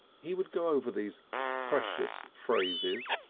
he would go over these precious phrases,